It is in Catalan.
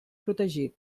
protegit